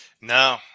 No